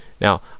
Now